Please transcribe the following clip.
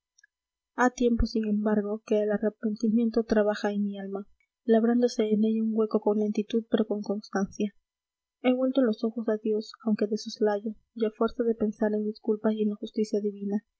ha tiempo sin embargo que el arrepentimiento trabaja en mi alma labrándose en ella un hueco con lentitud pero con constancia he vuelto los ojos a dios aunque de soslayo y a fuerza de pensar en mis culpas y en la justicia divina